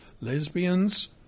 lesbians